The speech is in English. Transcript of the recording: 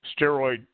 steroid